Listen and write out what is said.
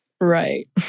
Right